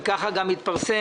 וכך גם התפרסם,